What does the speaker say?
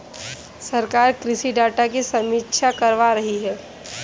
सरकार कृषि डाटा की समीक्षा करवा रही है